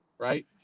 Right